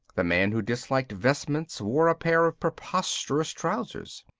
the man who disliked vestments wore a pair of preposterous trousers.